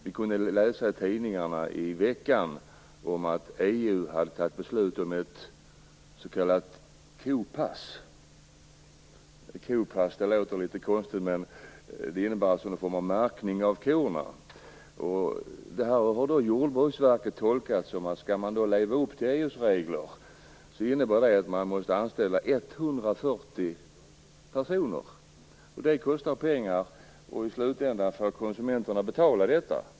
Vi kunde läsa i tidningarna i veckan om att EU fattat beslut om ett s.k. kopass. Det låter litet konstigt, men det innebär en form av märkning av korna. Detta har Jordbruksverket tolkat så att man, om man skall leva upp till EU:s regler, måste anställa 140 personer. Detta kostar pengar, och i slutändan får konsumenterna betala.